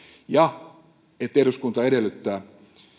ja että eduskunta edellyttää